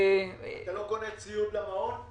לא קונה ציוד למעון?